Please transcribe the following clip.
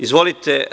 Izvolite.